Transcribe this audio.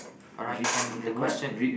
alright and the question